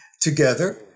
together